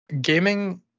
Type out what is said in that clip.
gaming